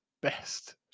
best